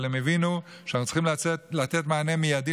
הם הבינו שאנחנו צריכים לתת מענה מיידי